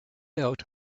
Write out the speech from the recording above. out